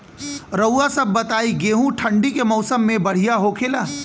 रउआ सभ बताई गेहूँ ठंडी के मौसम में बढ़ियां होखेला?